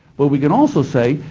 but we can also say,